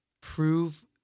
prove